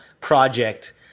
project